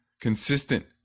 consistent